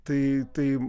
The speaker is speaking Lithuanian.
tai tai